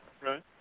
right